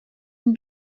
wird